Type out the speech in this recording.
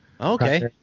Okay